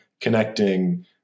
connecting